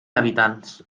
habitants